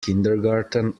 kindergarten